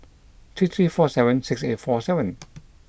three three four seven six eight four seven